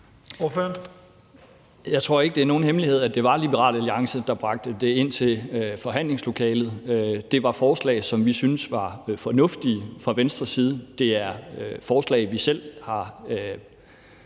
Jeg tror ikke, det er nogen hemmelighed, at det var Liberal Alliance, der bragte det ind til forhandlingslokalet. Det var forslag, som vi fra Venstres side syntes var fornuftige. Det er forslag, vi selv har